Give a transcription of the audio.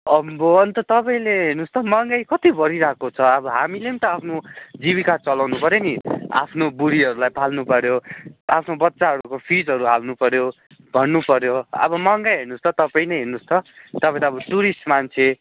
अम्बो अन्त तपाईँले हेर्नुहोस् त महँगाइ कति बढिरहेको छ अब हामीले पनि त आफ्नो जीविका चलाउनु पर्यो नि आफ्नो बुढीहरूलाई पाल्नुपर्यो आफ्नो बच्चाहरूको फिजहरू हाल्नुपर्यो भर्नुपर्यो अब महँगाइ हेर्नुहोस् त तपाईँ नै हेर्नुहोस् त तपाईँ त अब टुरिस्ट मान्छे